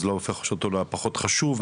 זה לא הופך אותו לפחות חשוב,